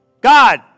God